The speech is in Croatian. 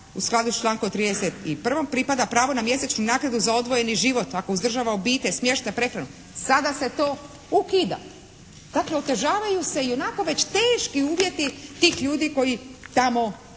u skladu s člankom 31. pripada pravo na mjesečnu naknadu za odvojeni život, ako uzdržava obitelj, smještaj, prehranu. Sada se to ukida. Dakle, otežavaju se i onako već teški uvjeti tih ljudi koji tamo